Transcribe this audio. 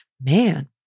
man